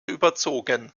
überzogen